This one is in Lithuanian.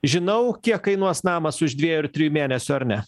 žinau kiek kainuos namas už dviejų ar trijų mėnesių ar ne